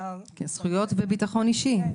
אפשר --- זכויות וביטחון אישי,